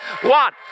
One